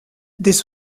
this